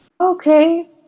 okay